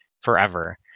forever